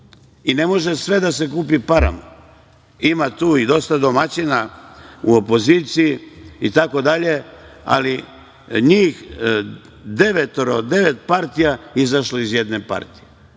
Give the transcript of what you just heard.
Ne može sve da se kupi parama. Ima tu i dosta domaćina u opoziciji itd, ali njih devetoro, devet partija izašlo je iz jedne partije.